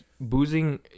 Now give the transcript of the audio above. boozing